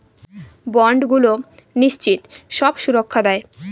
বন্ডগুলো নিশ্চিত সব সুরক্ষা দেয়